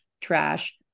trash